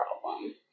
problem